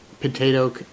potato